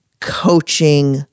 coaching